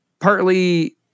partly